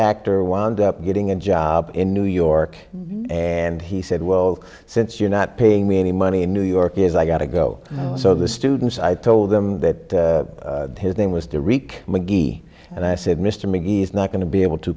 actor wound up getting a job in new york and he said well since you're not paying me any money in new york is i got to go so the students i told them that his name was to wreak mcgee and i said mr mcgee is not going to be able to